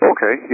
Okay